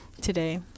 today